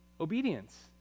obedience